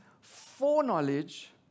foreknowledge